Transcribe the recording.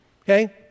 Okay